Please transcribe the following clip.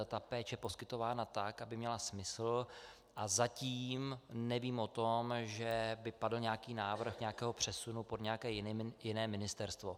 Ta péče by měla být poskytována tak, aby měla smysl, a zatím nevím o tom, že by padl nějaký návrh nějakého přesunu pod nějaké jiné ministerstvo.